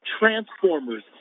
Transformers